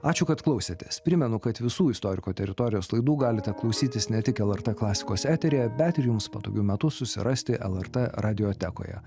ačiū kad klausėtės primenu kad visų istorikų teritorijos laidų galite klausytis ne tik lrt klasikos eteryje bet ir jums patogiu metu susirasti lrt radiotekoje